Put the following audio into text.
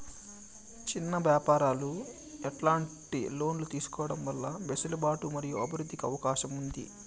చిన్న వ్యాపారాలు ఎట్లాంటి లోన్లు తీసుకోవడం వల్ల వెసులుబాటు మరియు అభివృద్ధి కి అవకాశం ఉంది?